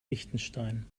liechtenstein